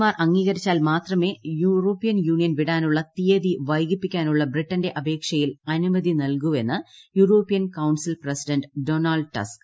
മാർ അംഗീകരിച്ചാൽ European Union വിടാനുളള തീയ്ക്കി വൈകിപ്പിക്കാനുളള ബ്രിട്ടന്റെ അപേക്ഷയിൽ അനുമത്യി ന്ത്ൽകൂവെന്ന് യൂറോപ്യൻ കൌൺസിൽപ്രസിഡന്റ് ഉഡാണാൾഡ് ടസ്ക്